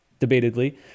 debatedly